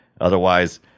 otherwise